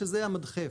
שזה המדחף,